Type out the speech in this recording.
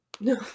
No